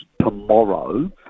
tomorrow